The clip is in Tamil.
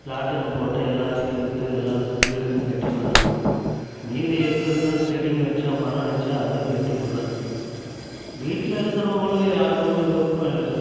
பிளாட்டுங்க போட்டு எல்லாத்தையும் விற்று எல்லாம் வீடுங்க கட்டினு வராங்க மீதி இருக்குறதும் செடிங்கள் வச்சால் மரம் வச்சால் அதையும் வெட்டி புடுறாங்க வீட்டில் இருக்குறவங்களுக்கு யாருக்குமே விருப்பம் இல்லை